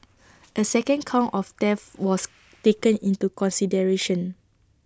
A second count of theft was taken into consideration